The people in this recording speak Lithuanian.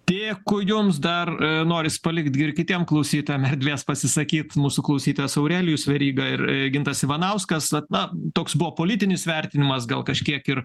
dėkui jums dar noris palikt gi ir kitiem klausytojam erdvės pasisakyt mūsų klausytojas aurelijus veryga ir gintas ivanauskas vat na toks buvo politinis vertinimas gal kažkiek ir